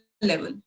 level